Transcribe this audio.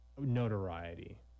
notoriety